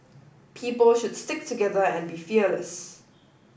people should stick together and be fearless